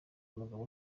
umugabo